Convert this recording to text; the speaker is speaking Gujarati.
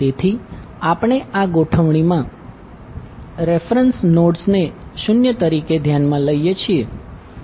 તેથી આપણે આ ગોઠવણીમાં રેફરંસ નોડ્સ ને o તરીકે ધ્યાનમાં લઈએ છીએ